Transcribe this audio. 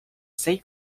sei